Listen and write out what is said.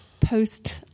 post